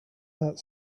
that